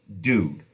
dude